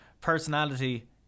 personality